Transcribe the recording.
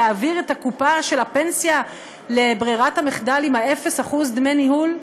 להעביר את הקופה של הפנסיה לברירת המחדל עם אפס דמי ניהול?